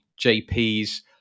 jp's